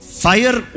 fire